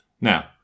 Now